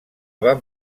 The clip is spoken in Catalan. van